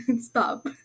Stop